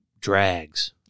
drags